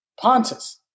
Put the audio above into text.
Pontus